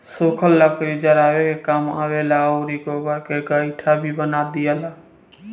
सुखल लकड़ी जरावे के काम आवेला आउर गोबर के गइठा भी बना दियाला